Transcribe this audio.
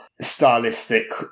stylistic